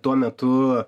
tuo metu